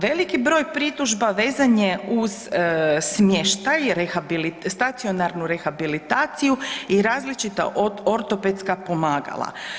Veliki broj pritužba vezan je uz smještaj i stacionarnu rehabilitaciju i različita ortopedska pomagala.